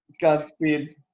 Godspeed